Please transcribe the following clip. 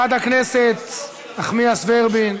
חברת הכנסת נחמיאס ורבין.